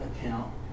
account